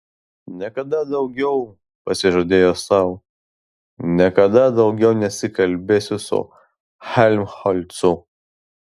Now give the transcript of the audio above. niekada daugiau pasižadėjo sau niekada daugiau nesikalbės su helmholcu